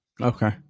okay